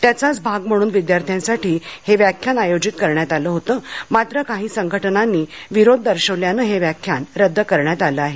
त्याचाच भाग म्हणून विद्यार्थ्यांसाठी हे व्याख्यान आयोजीत करण्यात आलं होतंमात्र काही संघटनांनी विरोध दर्शवल्याने हे व्याख्यान रद्द करण्यात आले आहे